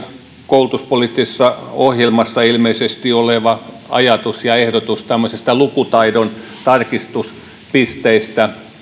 koulutuspoliittisessa ohjelmassa oleva ajatus ja ehdotus tämmöisistä lukutaidon tarkistuspisteistä